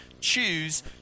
choose